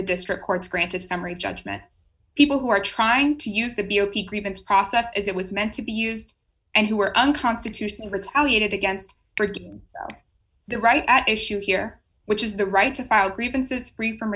the district courts granted summary judgment people who are trying to use the b o p grievance process as it was meant to be used and who are unconstitutional retaliated against the right at issue here which is the right to proud grievances free from